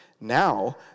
Now